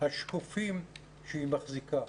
השקופים שהיא מחזיקה,